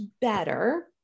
better